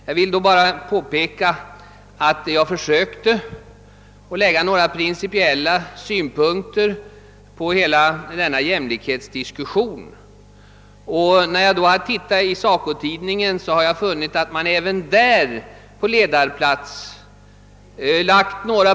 Jag vill bara påpeka att jag försökte anlägga principiella synpunkter på denna jämlikhetsdiskussion, och när jag läst SACO-tidningen har jag funnit att man även där på ledarplats gjort detta.